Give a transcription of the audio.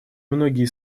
многие